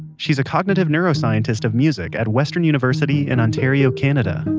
she's a cognitive neuroscientist of music at western university in ontario, canada.